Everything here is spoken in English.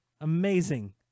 Amazing